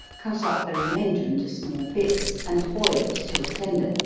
cut up the remainder into small bits, and boil it till tender,